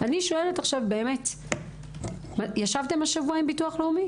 אני שואלת, ישבתם השבוע עם ביטוח לאומי?